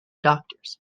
doctors